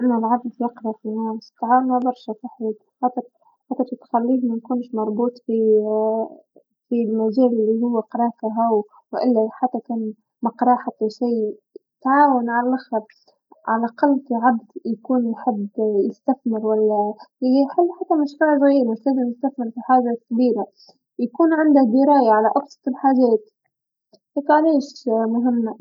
أنو العبد يقرا إقتصاد تعاونه برشا في حياتو خاطر خاطر تخليه ميكونش مربوط في في مجال لهو قرا فيه هوا، و إلا يحطكم ما قرا حتى شي، تعاونه علاخر، على الأقل كعبد كيكون يحب يستثمر ولا يحل ختى مشروع صغير مش يلزم يستثمر في حاجه كبيرا يكون عنده ذرايه على أبسط الحاجات هاكا علاش مهمه.